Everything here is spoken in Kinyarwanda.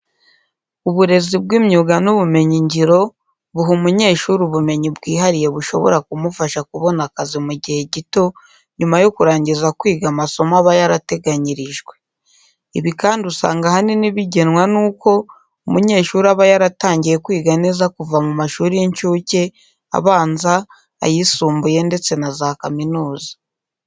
Uburezi bw'imyuga n'ubumenyingiro buha umunyeshuri ubumenyi bwihariye bushobora kumufasha kubona akazi mu gihe gito nyuma yo kurangiza kwiga amasomo aba yarateganyirijwe. Ibi kandi usanga ahanini bigenwa nuko umunyeshuri aba yaratangiye kwiga neza kuva mu mashuri y'incuke, abanza, ayisumbuye ndetse na za kaminuza.